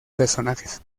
personajes